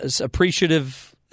appreciative